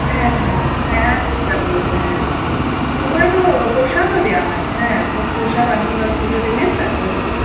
হ্যাঁ হ্যাঁ হ্যাঁ খুব জাগ্রত হ্যাঁ ওখানে তো প্রসাদও দেওয়া হয় হ্যাঁ ভোগ প্রসাদ আপনি ওই পুজো দেবেন তারপরে প্রসাদ